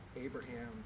Abraham